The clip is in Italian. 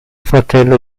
fratello